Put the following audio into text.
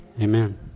Amen